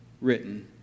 written